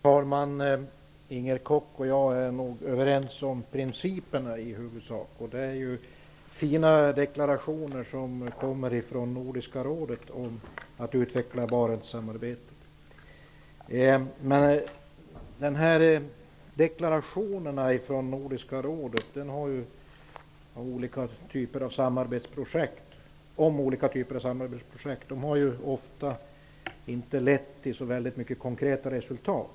Herr talman! Inger Koch och jag är nog i huvudsak överens om principerna. Det är fina deklarationer som kommer från Nordiska rådet om att utveckla varaktigt samarbete. Deklarationerna från Nordiska rådet om olika typer av samarbetsprojekt har ofta inte lett till så många konkreta resultat.